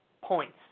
points